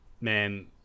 man